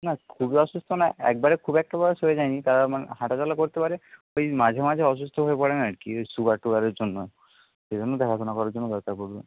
না খুবই অসুস্থ না একবারে খুব একটা বয়স হয়ে যায় নি তারা মানে হাঁটা চলা করতে পারে ওই মাঝে মাঝে অসুস্থ হয়ে পরেন আর কি সুগার টুগারের জন্য সেইজন্য দেখাশোনা করার জন্য দরকার পড়বে